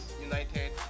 United